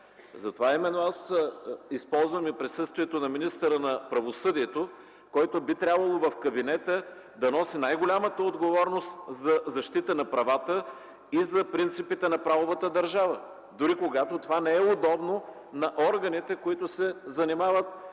Затова именно, аз използвам и присъствието на министъра на правосъдието, който би трябвало да носи най-голямата отговорност в кабинета за защита на правата и за принципите на правовата държава, дори когато това не е удобно на органите, занимаващи